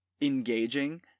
engaging